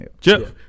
Jeff